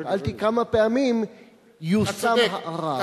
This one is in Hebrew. שאלתי: כמה פעמים יושם הערר?